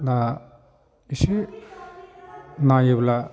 ला एसे नायोब्ला